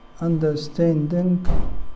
understanding